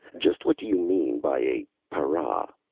just what do you mean by a para?